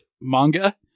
manga